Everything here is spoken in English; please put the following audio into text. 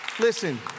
Listen